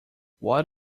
what